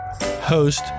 host